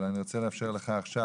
אנחנו נקיים את זה בקרוב, אחרי התקציב.